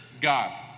God